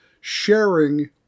sharing